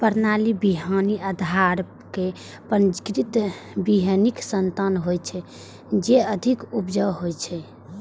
प्रमाणित बीहनि आधार आ पंजीकृत बीहनिक संतान होइ छै, जे अधिक उपजाऊ होइ छै